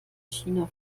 china